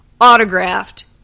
autographed